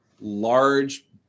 large